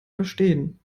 verstehen